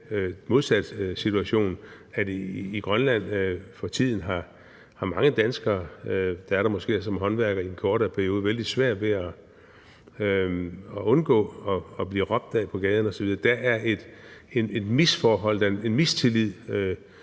I Grønland er der for tiden mange danskere, der måske er der som håndværkere i en kortere periode, som har vældig svært ved at undgå at blive råbt ad på gaden osv. Der er et misforhold,